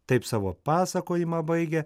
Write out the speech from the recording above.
taip savo pasakojimą baigia